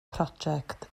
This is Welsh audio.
project